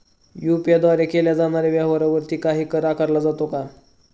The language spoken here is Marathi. यु.पी.आय द्वारे केल्या जाणाऱ्या व्यवहारावरती काही कर आकारला जातो का?